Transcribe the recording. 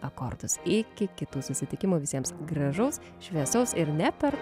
akordus iki kitų susitikimų visiems gražaus šviesaus ir ne per